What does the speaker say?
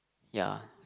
ya